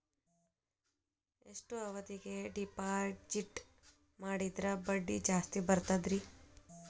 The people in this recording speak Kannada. ಎಷ್ಟು ಅವಧಿಗೆ ಡಿಪಾಜಿಟ್ ಮಾಡಿದ್ರ ಬಡ್ಡಿ ಜಾಸ್ತಿ ಬರ್ತದ್ರಿ?